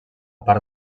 part